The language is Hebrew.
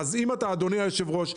אדוני היו"ר,